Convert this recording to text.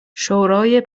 شورای